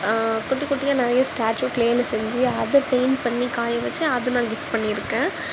குட்டி குட்டியாக நிறைய ஸ்டாச்சு க்ளேயில் செஞ்சு அதை பெயிண்ட் பண்ணி காய வச்சு அது நான் கிஃப்ட் பண்ணியிருக்கேன்